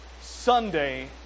Sunday